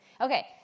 Okay